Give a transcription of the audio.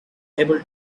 able